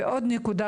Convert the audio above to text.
ונקודה נוספת,